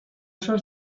oso